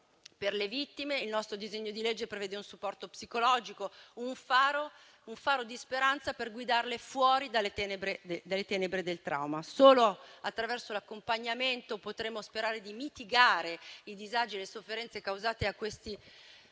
Per le vittime il nostro disegno di legge prevede un supporto psicologico, un faro di speranza per guidarle fuori dalle tenebre del trauma. Solo attraverso l'accompagnamento potremo sperare di mitigare i disagi e le sofferenze causate alle vittime,